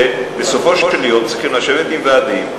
שבסופו של דבר צריכים לשבת עם ועדים,